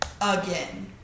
again